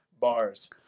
bars